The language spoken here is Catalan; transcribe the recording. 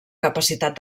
capacitat